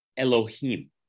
Elohim